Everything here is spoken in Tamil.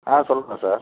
ஆ சொல்லுங்க சார்